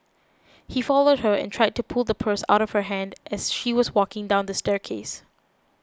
he followed her and tried to pull the purse out of her hand as she was walking down the staircase